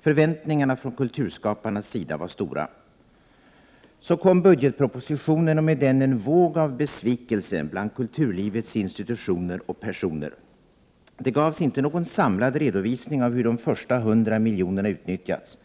Förväntningarna från kulturskaparnas sida var stora. Så kom budgetpropositionen och med den en våg av besvikelse bland kulturlivets institutioner och personer. Det gavs inte någon samlad redovisning av hur de första 100 miljonerna utnyttjats.